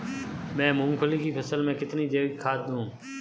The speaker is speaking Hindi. मैं मूंगफली की फसल में कितनी जैविक खाद दूं?